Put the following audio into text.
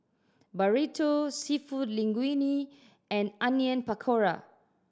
Burrito Seafood Linguine and Onion Pakora